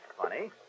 funny